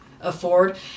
afford